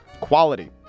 Quality